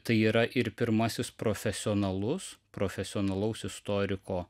tai yra ir pirmasis profesionalus profesionalaus istoriko